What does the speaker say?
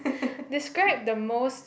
describe the most